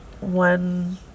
one